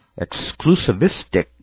exclusivistic